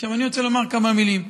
עכשיו, אני רוצה לומר כמה מילים.